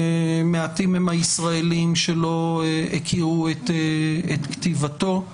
מעטים הם הישראלים, שלא הכירו את כתיבתו.